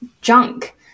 junk